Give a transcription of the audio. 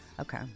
Okay